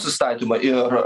įstatymą ir